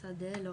לא.